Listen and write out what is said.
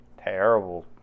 terrible